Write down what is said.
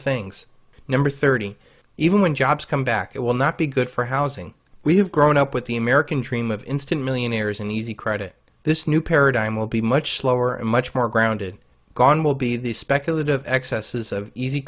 things number thirty even when jobs come back it will not be good for housing we have grown up with the american dream of instant millionaires and easy credit this new paradigm will be much slower and much more grounded gone will be the speculative excesses of easy